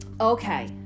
Okay